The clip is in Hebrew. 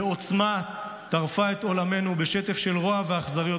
ובעוצמה טרפה את עולמנו בשטף של רוע ואכזריות